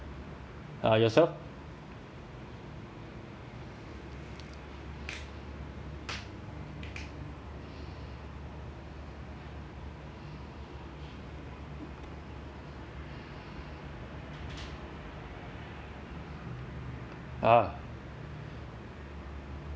uh yourself uh